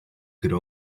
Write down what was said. could